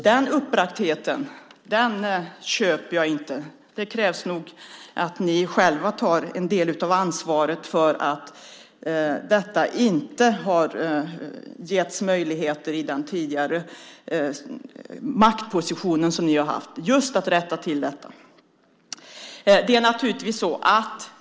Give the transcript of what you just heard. Den uppbragdheten köper jag alltså inte. Ni får nog själva ta en del av ansvaret för att det inte getts möjligheter att rätta till detta just med tanke på den tidigare maktposition som ni haft.